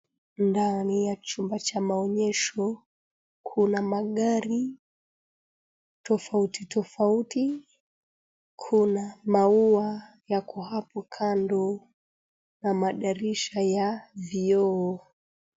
Ndani ya chumba cha maonyesho, kuna magari tofauti tofauti. Kuna maua yako hapo kando, na madirisha ya vioo.